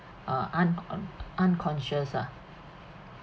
uh un~ unconscious ah